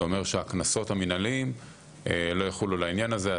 זה אומר שהקנסות המנהליים לא יחולו לעניין הזה.